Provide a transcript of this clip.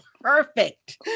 perfect